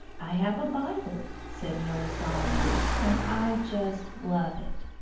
i have a bible, said milly, solemnly, and i just love it.